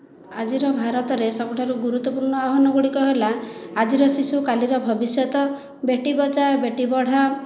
ଆଜିର ଭାରତ ରେ ସବୁଠାରୁ ଗୁରୁତ୍ୱପୂର୍ଣ୍ଣ ଆହ୍ୱାନ ଗୁଡ଼ିକ ହେଲା ଆଜିର ଶିଶୁ କାଲିର ଭବିଷ୍ୟତ ବେଟି ବଚାଓ ବେଟି ପଢ଼ାଓ